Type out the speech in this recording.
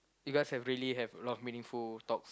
you guys have really have a lot of meaningful talks